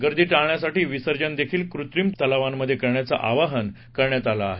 गर्दी टाळण्यासाठी विसर्जन देखील कृत्रीम तलावांमधे करण्याचं आवाहन करण्यात आलं आहे